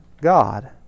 God